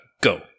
go